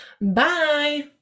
Bye